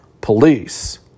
police